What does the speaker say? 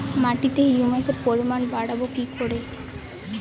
মাটিতে হিউমাসের পরিমাণ বারবো কি করে?